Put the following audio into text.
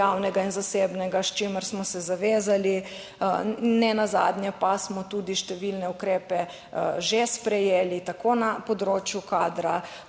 javnega in zasebnega, s čimer smo se zavezali, ne nazadnje pa smo tudi številne ukrepe že sprejeli tako na področju kadra,